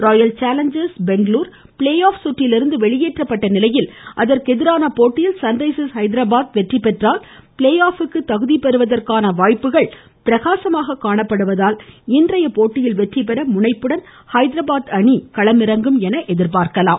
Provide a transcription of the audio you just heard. Royal Challengers Bangalore play off சுற்றிலிருந்து வெளியேற்றப்பட்ட நிலையில் அதற்கு எதிரான போட்டியில் சன்ரைசா்ஸ் ஹைதராபாத் வெற்றி பெற்றால் ப்ளே ஆஃப்க்கு தகுதி பெறுவதற்கான வாய்ப்புகள் பிரகாசமாக காணப்படுவதால் இன்றைய போட்டியில் வெற்றி பெறும் முனைப்புடன் ஹைதராபாத் அணி விளையாடும் என எதிர்பார்க்கலாம்